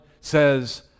says